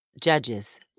Judges